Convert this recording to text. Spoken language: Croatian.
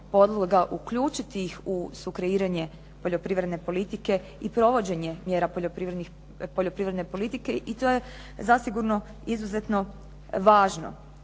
uključiti ih u sukreiranje poljoprivredne politike i provođenje mjera poljoprivredne politike i to je zasigurno izuzetno važno.